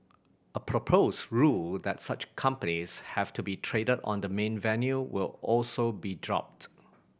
a proposed rule that such companies have to be traded on the main venue will also be dropped